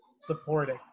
supporting